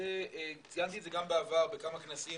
רוצה לומר ציינתי את זה גם בעבר בכמה כנסים